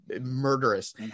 murderous